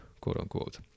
quote-unquote